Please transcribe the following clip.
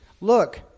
Look